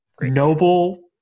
Noble